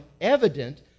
evident